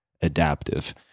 adaptive